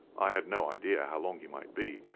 i had no idea how long he might be,